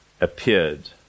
appeared